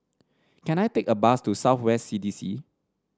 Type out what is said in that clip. can I take a bus to South West C D C